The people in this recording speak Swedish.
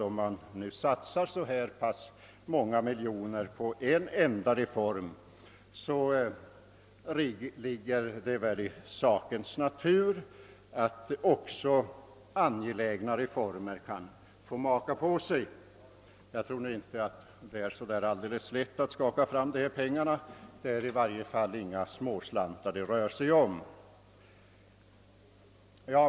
Om man satsar så många miljoner: på en enda reform, ligger det väl i sakens natur att också andra angelägna reformer kan få vänta. Jag tror inte det är så lätt att skaka fram pengarna — det är ju inga småslantar det rör sig om.